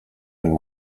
and